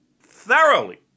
thoroughly